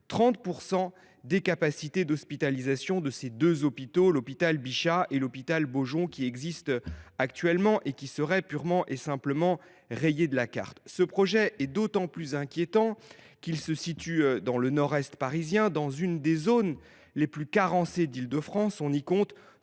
30 % des capacités d’hospitalisation de ces deux hôpitaux, l’hôpital Bichat et l’hôpital Beaujon, qui seraient purement et simplement rayées de la carte. Ce projet est d’autant plus inquiétant qu’il se situe dans le nord est parisien, dans une des zones les plus carencées d’Île de France : on y compte